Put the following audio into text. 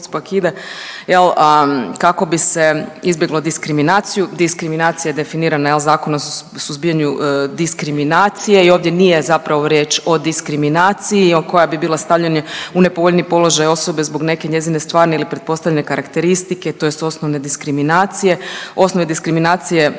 ide kako bi se izbjeglo diskriminaciju. Diskriminacija je definirana Zakonom o suzbijanju diskriminacije i ovdje nije zapravo riječ o diskriminaciji koja bi bila stavljanje u nepovoljniji položaj osobe zbog neke njezine stvarne ili pretpostavljene karakteristike, tj. osnovne diskriminacije. Osnove diskriminacije